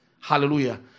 Hallelujah